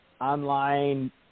online